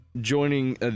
joining